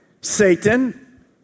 Satan